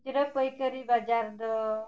ᱠᱷᱩᱪᱨᱟᱹ ᱯᱟᱹᱭᱠᱟᱹᱨᱤ ᱵᱟᱡᱟᱨ ᱫᱚ